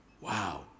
Wow